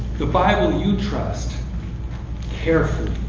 the bible you trust carefully.